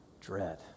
dread